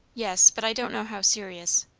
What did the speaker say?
yes. but i don't know how serious.